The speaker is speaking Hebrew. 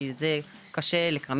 כי את זה קשה לכמת,